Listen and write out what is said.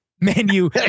menu